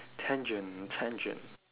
tangent tangent